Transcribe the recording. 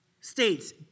states